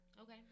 Okay